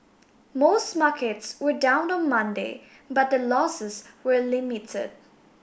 most markets were down on Monday but the losses were limited